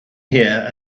here